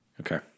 Okay